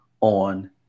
on